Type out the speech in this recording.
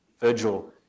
Virgil